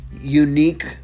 unique